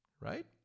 right